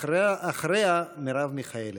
אחריה, מרב מיכאלי.